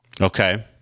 Okay